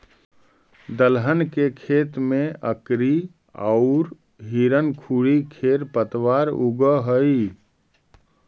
दलहन के खेत में अकरी औउर हिरणखूरी खेर पतवार उगऽ हई